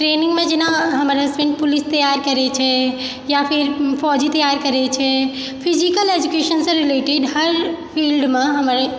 ट्रेनिंगमे जेना हमर husband police तैयार करय छै या फिर फौजी तैयार करय छै फिजिकल एजुकेशनसँ रिलेटेड हर फिल्डमे हमर